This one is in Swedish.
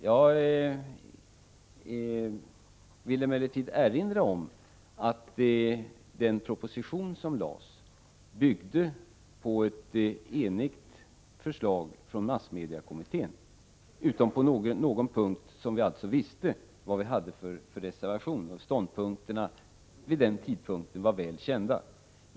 Jag vill emellertid erinra om att den proposition som lades fram byggde på ett enigt förslag från massmediekommittén, utom på någon punkt där vi visste vad vi hade för reservation och ståndpunkterna då var väl kända.